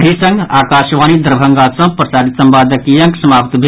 एहि संग आकाशवाणी दरभंगा सँ प्रसारित संवादक ई अंक समाप्त भेल